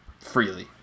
freely